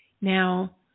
Now